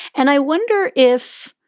and i wonder if.